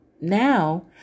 Now